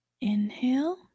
Inhale